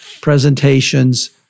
presentations